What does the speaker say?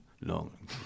Long